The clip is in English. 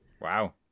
Wow